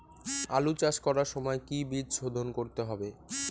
আলু চাষ করার সময় কি বীজ শোধন করতে হবে?